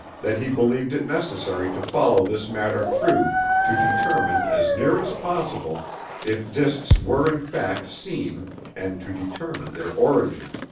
that he believed it necessary to follow this matter through to determine as near as possible if discs were in fact seen and to determine their origin.